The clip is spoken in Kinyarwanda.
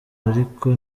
ariko